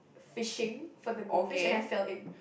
fishing for the gold fish and I fell in